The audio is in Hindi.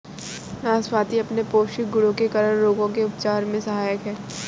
नाशपाती अपने पौष्टिक गुणों के कारण रोगों के उपचार में सहायक है